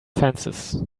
fences